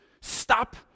stop